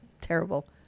Terrible